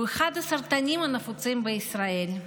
אחד הסרטנים הנפוצים בישראל,